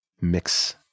mix